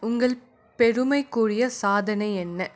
உங்கள் பெருமைக்குரிய சாதனை என்ன